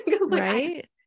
right